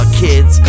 kids